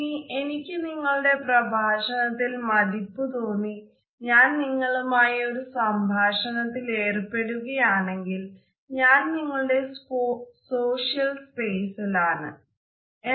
ഇനി എനിക്ക് നിങ്ങളുടെ പ്രഭാഷണത്തിൽ മതിപ്പു തോന്നി ഞാൻ നിങ്ങളുമായി ഒരു സംഭാഷണത്തിൽ ഏർപെടുകയാണെങ്കിൽ ഞാൻ നിങ്ങളുടെ സോഷ്യൽ സ്പേസിൽ ആണ്